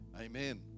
amen